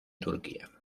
turquía